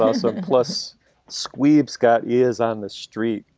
ah sort of plus squeezed. scott is on the street.